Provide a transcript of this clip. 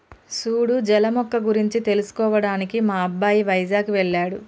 సూడు జల మొక్క గురించి తెలుసుకోవడానికి మా అబ్బాయి వైజాగ్ వెళ్ళాడు